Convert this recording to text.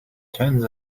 turns